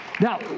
Now